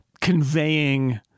conveying